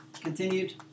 continued